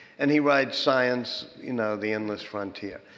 and he writes science, you know the endless frontier.